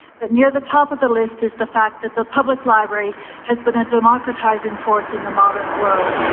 but near the top of the list is the fact that the public library has been a democratizing force in the modern world,